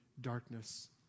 darkness